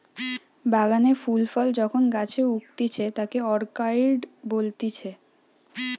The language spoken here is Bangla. বাগানে ফুল ফল যখন গাছে উগতিচে তাকে অরকার্ডই বলতিছে